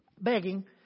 begging